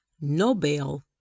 Nobel